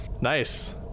nice